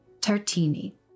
Tartini